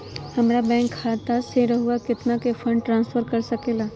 हमरा बैंक खाता से रहुआ कितना का फंड ट्रांसफर कर सके ला?